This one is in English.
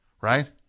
right